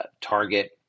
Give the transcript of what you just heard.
Target